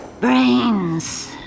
brains